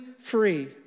free